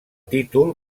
títol